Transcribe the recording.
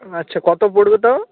আচ্ছা কত পড়বে তাও